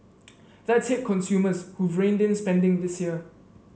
that's hit consumers who've reined in spending this year